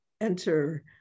enter